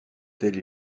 telle